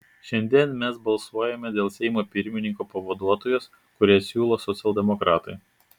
šiandien mes balsuojame dėl seimo pirmininko pavaduotojos kurią siūlo socialdemokratai